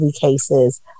cases